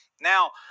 Now